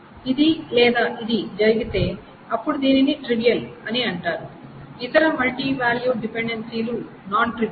ఇది లేదా ఇది జరిగితే అప్పుడు దీనిని ట్రివియల్ అని అంటారు ఇతర MVD లు నాన్ ట్రివియల్